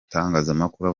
itangazamakuru